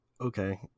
okay